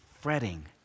fretting